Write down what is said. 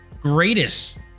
greatest